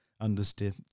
understand